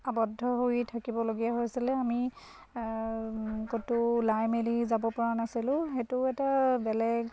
আবদ্ধ হৈ থাকিবলগীয়া হৈছিলে আমি ক'তো ওলাই মেলি যাবপৰা নাছিলোঁ সেইটো এটা বেলেগ